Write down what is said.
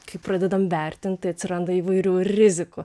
kai pradedam vertint tai atsiranda įvairių rizikų